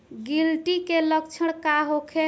गिलटी के लक्षण का होखे?